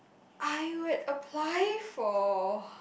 I would apply for